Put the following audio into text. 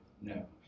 no